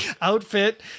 outfit